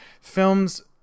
films